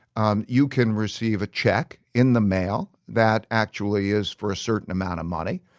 um you can receive a check in the mail that actually is for a certain amount of money,